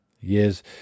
Yes